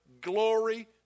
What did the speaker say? glory